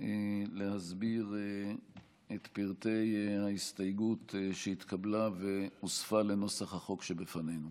להסביר את פרטי ההסתייגות שהתקבלה והוספה לנוסח החוק שבפנינו.